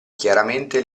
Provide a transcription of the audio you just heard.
chiaramente